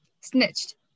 snitched